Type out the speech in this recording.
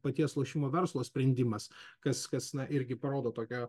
paties lošimo verslo sprendimas kas kas na irgi parodo tokią